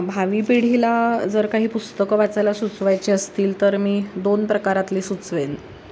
भावी पिढीला जर काही पुस्तकं वाचायला सुचवायचे असतील तर मी दोन प्रकारातले सुचवेन